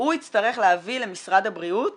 הוא יצטרך להביא למשרד הבריאות